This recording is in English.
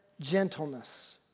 gentleness